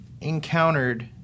encountered